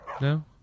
No